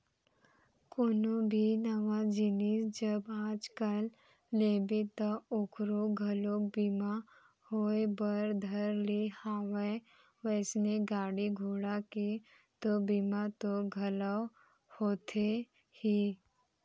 कोनो भी नवा जिनिस जब आज कल लेबे ता ओखरो घलोक बीमा होय बर धर ले हवय वइसने गाड़ी घोड़ा के तो बीमा तो घलौ होथे ही